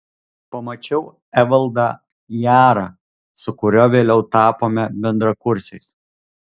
pamačiau evaldą jarą su kuriuo vėliau tapome bendrakursiais